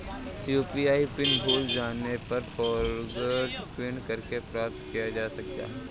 UPI PIN भूल जाने पर फ़ॉरगोट पिन करके प्राप्त किया जा सकता है